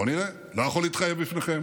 בואו נראה, לא יכול להתחייב בפניכם